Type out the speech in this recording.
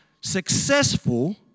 successful